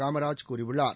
காமராஜ் கூறியுள்ளார்